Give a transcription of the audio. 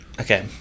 Okay